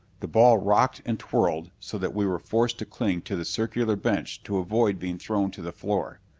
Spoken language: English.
the ball rocked and twirled so that we were forced to cling to the circular bench to avoid being thrown to the floor.